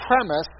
premise